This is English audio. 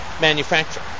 manufacture